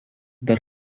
dar